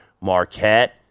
Marquette